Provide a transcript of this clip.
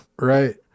Right